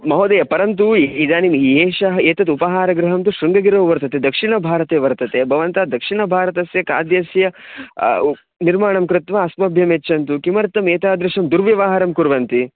महोदयः परन्तु इदानीम् एषः एतद् उपहारगृहं शृङ्गगिरौ वर्तते दक्षिणभारते वर्तते भवन्तः दक्षिणभारतस्य खाद्यस्य निर्माणं कृत्वा अस्मभ्यं यच्छन्तु किमर्थम् एतादृशं दुर्व्यवहारं कुर्वन्ति